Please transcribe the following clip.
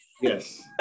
Yes